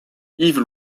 yves